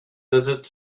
desert